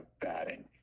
batting